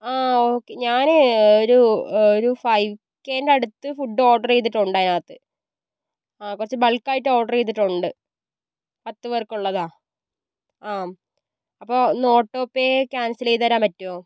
ആ ഓക്കേ ഞാന് ഒരു ഒരു ഫൈവ് കെൻ്റെ അടുത്ത് ഫുഡ് ഓർഡറ് ചെയ്തിട്ടുണ്ട് അതിനകത്ത് കുറച്ച് ബൾക്കായിട്ട് ഓർഡറ് ചെയ്തിട്ടുണ്ട് പത്ത് പേർക്കുള്ളതാ ആം അപ്പോൾ ഒന്ന് ഓട്ടോ പേ ക്യാൻസല് ചെയ്ത് തരാൻ പറ്റുവോ